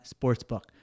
sportsbook